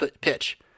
pitch